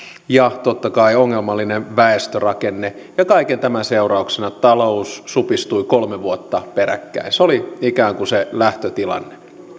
ja totta kai ongelmallinen väestörakenne kaiken tämän seurauksena talous supistui kolme vuotta peräkkäin se oli ikään kuin se lähtötilanne